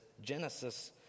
Genesis